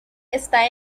está